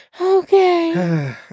Okay